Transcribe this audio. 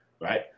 Right